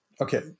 okay